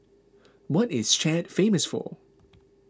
what is Chad famous for